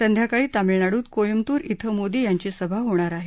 संध्याकाळी तामिळनाडूत कोईमतूर क्रि मोदी यांची सभा होणार आहे